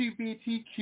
LGBTQ